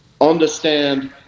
understand